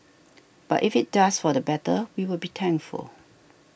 but if it does for the better we will be thankful